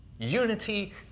Unity